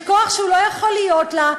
כוח שלא יכול להיות לה.